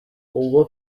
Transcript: ubwo